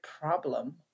problem